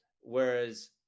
whereas